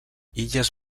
illes